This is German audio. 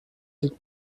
liegt